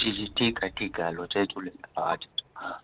जी जी ठीकु आहे ठीकु आहे हलो जय झूलेलाल हा हा